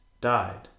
died